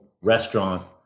restaurant